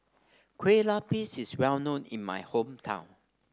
Kue Lupis is well known in my hometown